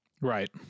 Right